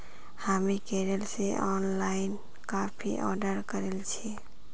हामी केरल स online coffee order करील छि